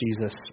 Jesus